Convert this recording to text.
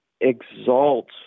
exalt